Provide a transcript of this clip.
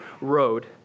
road